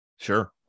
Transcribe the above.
Sure